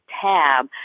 tab